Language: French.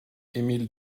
emile